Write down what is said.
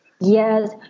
Yes